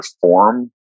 form